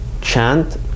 chant